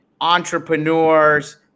entrepreneurs